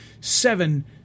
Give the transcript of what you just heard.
seven